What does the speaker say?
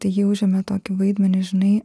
tai ji užėmė tokį vaidmenį žinai